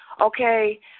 Okay